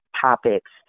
topics